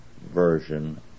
version